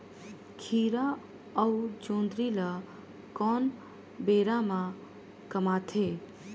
खीरा अउ जोंदरी ल कोन बेरा म कमाथे?